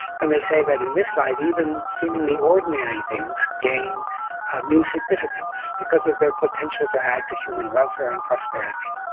and they say that in this light, even seemingly ordinary things gain new significance, because of their potential to add to human welfare welfare and prosperity.